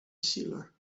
sealer